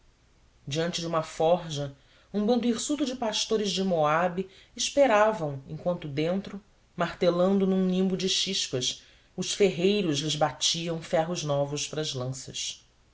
diante de uma forja um bando hirsuto de pastores de moabe esperavam enquanto dentro martelando num nimbo de chispas os ferreiros lhes batiam ferros novos para as lanças